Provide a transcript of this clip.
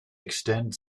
extend